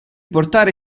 portare